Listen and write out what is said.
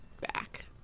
back